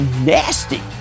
Nasty